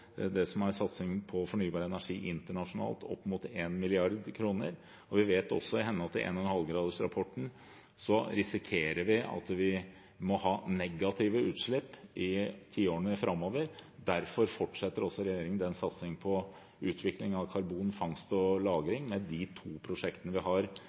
satsingen på fornybar energi internasjonalt opp mot 1 mrd. kr. Vi vet også at i henhold til 1,5-gradersrapporten risikerer vi at vi må ha negative utslipp i tiårene framover. Derfor fortsetter regjeringen å satse på utvikling av karbonfangst og -lagring med de to prosjektene vi har,